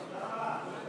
תודה רבה.